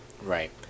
Right